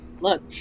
look